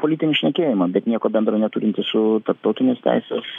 politinį šnekėjimą bet nieko bendro neturinti su tarptautinės teisės